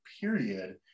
period